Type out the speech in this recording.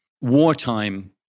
wartime